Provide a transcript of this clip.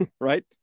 Right